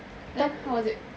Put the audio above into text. then how was it